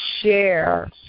share